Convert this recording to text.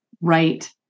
right